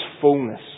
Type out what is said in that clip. fullness